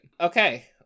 okay